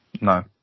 No